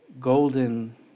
golden